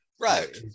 Right